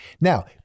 Now